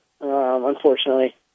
Unfortunately